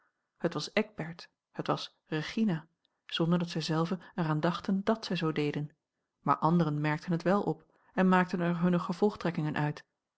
het was eckbert het was regina zonder dat zij zelven er aan dachten dàt zij zoo deden maar anderen merkten het wel op en maakten er hunne o gevolgtrekkingen uit